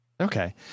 Okay